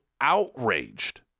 outraged